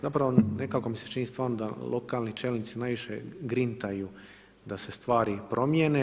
Zapravo nekako mi se čini stvarno da lokalni čelnici najviše grintaju da se stvari promijene.